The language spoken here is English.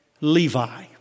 Levi